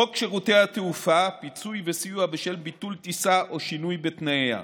חוק שירותי התעופה (פיצוי וסיוע בשל ביטול טיסה או שינוי בתנאיה),